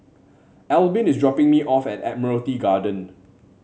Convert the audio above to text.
Albin is dropping me off at Admiralty Garden